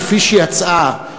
כפי שיצאה,